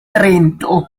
trento